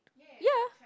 ya